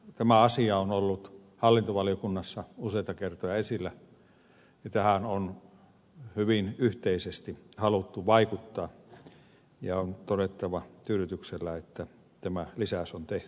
tämä asia on ollut hallintovaliokunnassa useita kertoja esillä ja tähän on hyvin yhteisesti haluttu vaikuttaa ja on todettava tyydytyksellä että tämä lisäys on tehty